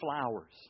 flowers